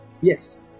Yes